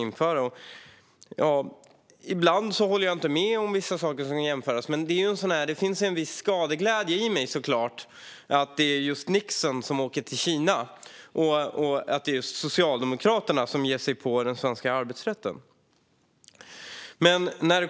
Ibland håller jag inte med om vissa saker som ska införas, men det finns en viss skadeglädje i mig så klart att det var just Nixon som åkte till Kina och att det är just Socialdemokraterna som ger sig på den svenska arbetsrätten.